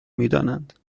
میدانند